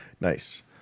nice